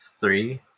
Three